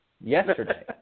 yesterday